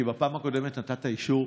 כי בפעם הקודמת נתת אישור,